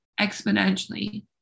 exponentially